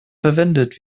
verwendet